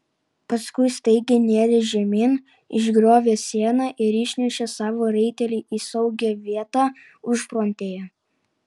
paskui staigiai nėrė žemyn išgriovė sieną ir išnešė savo raitelį į saugią vietą užfrontėje